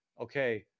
okay